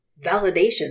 validation